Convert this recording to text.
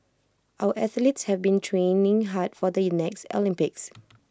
our athletes have been training hard for the next Olympics